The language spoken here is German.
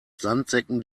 sandsäcken